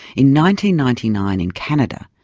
in ninety ninety nine in canada,